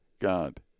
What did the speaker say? God